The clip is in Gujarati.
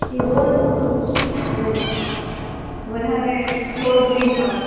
એ રોલ પૂરતું જ રહીશ એમ વધારે ક્લોઝ નહીં થવું